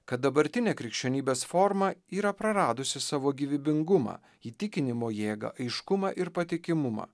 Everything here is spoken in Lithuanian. kad dabartinė krikščionybės forma yra praradusi savo gyvybingumą įtikinimo jėgą aiškumą ir patikimumą